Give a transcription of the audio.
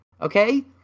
Okay